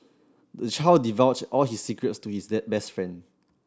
the child divulged all his secrets to his that best friend